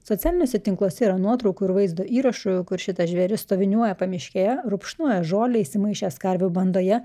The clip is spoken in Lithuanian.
socialiniuose tinkluose yra nuotraukų ir vaizdo įrašų kur šitas žvėris stoviniuoja pamiškėje rupšnoja žolę įsimaišęs karvių bandoje